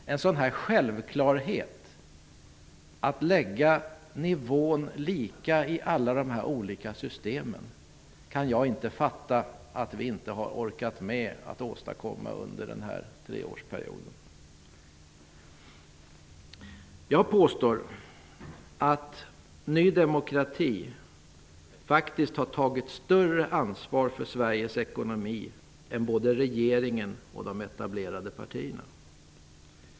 Jag kan inte fatta att vi inte under den här treårsperioden har orkat med att åstadkomma en sådan självklarhet som att införa samma nivå i alla de olika systemen. Jag påstår att Ny demokrati faktiskt har tagit större ansvar för Sveriges ekonomi än både regeringen och de etablerade partierna.